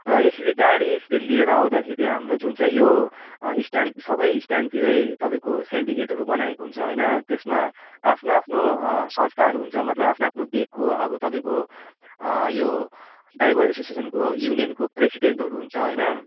र यसरी गाडी यसरी लिएर आउँदाखेरि हाम्रो जुन चाहिँ यो स्ट्या्ड सबै स्ट्यान्डतिरै तपाईँको सिन्डिकेटहरू बनाएको हुन्छ होइन त्यसमा आफ्नो आफ्नो संस्थाहरू हुन्छ मतलब आफ्नो आफ्नो भेकको अब तपाईँको यो ड्राइभर एसोसियसनको युनियनको प्रेसिडेन्टहरू हुन्छ होइन